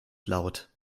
laut